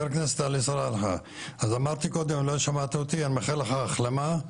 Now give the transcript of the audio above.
אם לא שמעת אותי, אני מאחל לך החלמה,